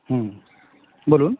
হুম বলুন